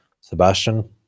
Sebastian